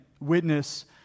witness